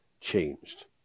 changed